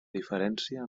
diferència